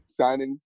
signings